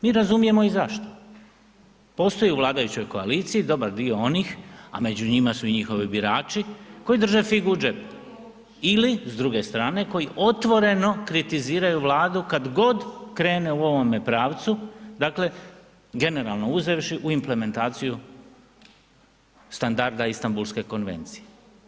Mi razumijemo i zašto, postoji u vladajućoj koaliciji dobar dio onih a među njima su i njihovi birači koji drže figu u džepu ili s druge strane koji otvoreno kritiziraju Vladu kad god krene u ovome pravcu, dakle generalno uzevši u implementaciju standarda Istanbulske konvencije.